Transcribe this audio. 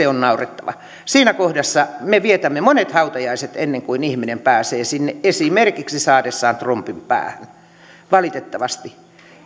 on naurettavaa siinä kohdassa me vietämme monet hautajaiset ennen kuin ihminen pääsee sinne esimerkiksi saadessaan trombin päähän valitettavasti